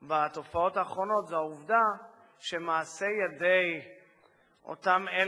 בתופעות האחרונות זה העובדה שמעשי ידי אותם אלה